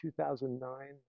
2009